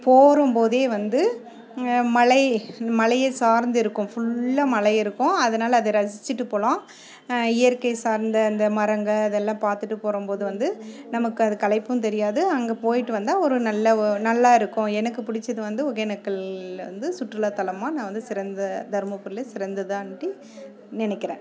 போகும்போதே வந்து மலை மலையை சார்ந்து இருக்கும் ஃபுல்லாக மலை இருக்கும் அதனால் அதை ரசிச்சுட்டு போகலாம் இயற்கை சார்ந்த அந்த மரங்கள் அதெல்லாம் பார்த்துட்டு போகும்போது வந்து நமக்கு அது களைப்பும் தெரியாது அங்கே போய்விட்டு வந்தால் ஒரு நல்ல ஓ நல்லா இருக்கும் எனக்கு பிடிச்சது வந்து ஒகேனக்கலில் வந்து சுற்றுலாத்தலமாக நான் வந்து சிறந்த தருமபுரியிலே சிறந்ததாண்டி நினைக்கிறேன்